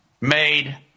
made